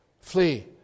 flee